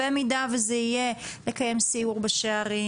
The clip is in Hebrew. במידה וזה יהיה לקיים סיור בשערים